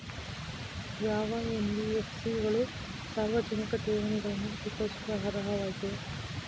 ಯಾವ ಎನ್.ಬಿ.ಎಫ್.ಸಿ ಗಳು ಸಾರ್ವಜನಿಕ ಠೇವಣಿಗಳನ್ನು ಸ್ವೀಕರಿಸಲು ಅರ್ಹವಾಗಿವೆ?